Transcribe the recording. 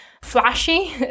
flashy